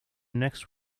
next